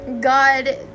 God